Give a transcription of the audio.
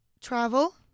Travel